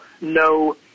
no